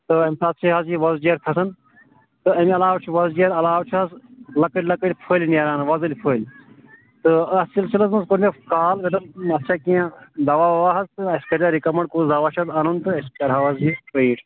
اَمہِ ساتہٕ چھُ حظ یہِ وۄزجار کھَسان تہٕ اَمہِ علاوٕ چھُ وۄزجار علاوٕ چھُ حظ لۄکٕٹۍ لۄکٕٹۍ فٕلۍ نیٚران وۄزٕلۍ فٕلۍ تہٕ اَتھ سِلسِلَس منٛز کوٚر مےٚ کال مےٚ دوٚپ اَتھ چھا کیٚنٛہہ دَوا وَوا حظ تہٕ اسہِ کَرِہا رِکَمنٛڈ کُس دَوا چھُ اَتھ اَنُن تہٕ أس کَرہاو حظ یہِ ٹریٖٹ